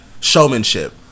showmanship